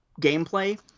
gameplay